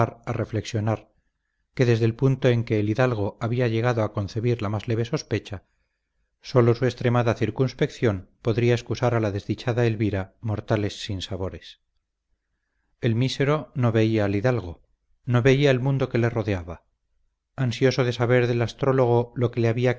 a reflexionar que desde el punto en que el hidalgo había llegado a concebir la más leve sospecha sólo su extremada circunspección podía excusar a la desdichada elvira mortales sinsabores el mísero no veía al hidalgo no veía el mundo que le rodeaba ansioso de saber del astrólogo lo que le había